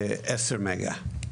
10 מגה.